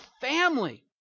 family